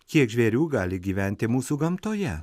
kiek žvėrių gali gyventi mūsų gamtoje